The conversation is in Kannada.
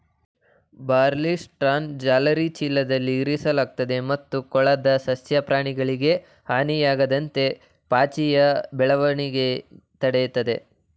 ಬಾರ್ಲಿಸ್ಟ್ರಾನ ಜಾಲರಿ ಚೀಲದಲ್ಲಿ ಇರಿಸಲಾಗ್ತದೆ ಮತ್ತು ಕೊಳದ ಸಸ್ಯ ಪ್ರಾಣಿಗಳಿಗೆ ಹಾನಿಯಾಗದಂತೆ ಪಾಚಿಯ ಬೆಳವಣಿಗೆ ತಡಿತದೆ